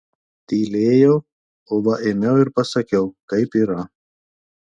tylėjau o va ėmiau ir pasakiau kaip yra